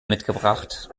mitgebracht